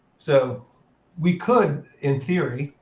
so we could, in theory,